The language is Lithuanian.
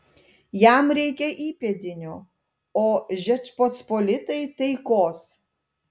jam reikia įpėdinio o žečpospolitai taikos